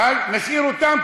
אבל נשאיר אותם,